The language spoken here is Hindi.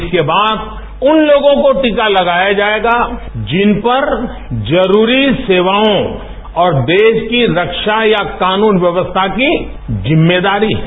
इसके बाद उन लोगों को टीका लगाया जाएगा जिन पर जरूरी सेवाओं और देश की ख्वा या कानून व्यवस्था की जिम्मेदारी है